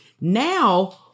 now